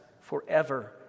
forever